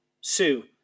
Sue